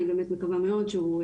אני באמת מקווה מאוד שהוא,